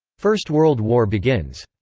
first world war begins.